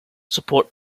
support